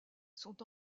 sont